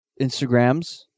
Instagrams